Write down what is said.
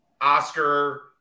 Oscar